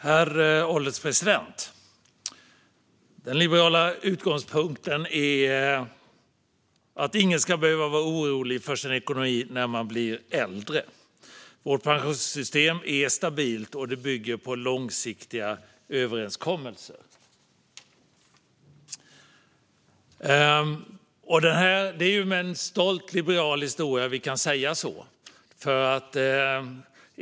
Herr ålderspresident! Den liberala utgångspunkten är att ingen ska behöva vara orolig för sin ekonomi när man blir äldre. Vårt pensionssystem är stabilt och bygger på långsiktiga överenskommelser. Det är med en stolt liberal historia vi kan säga så.